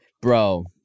bro